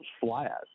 flat